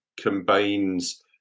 combines